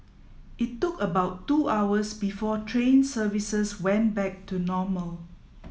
it took about two hours before train services went back to normal